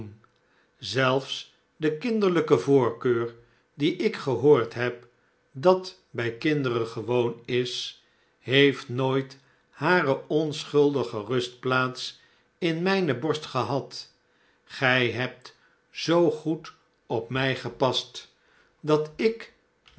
zelfs de kinderlijke voorkeur die ik gehoord heb dat bij kinderen gewoon is heeft nooit hare onschuldige rustplaats in mijne borst gehad gij hebt zoo goed op mij gepast dat ik